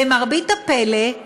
למרבה הפלא,